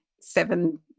seven